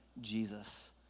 Jesus